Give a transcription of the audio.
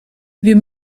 wir